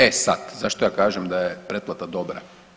E sad, zašto ja kažem da je pretplata dobra?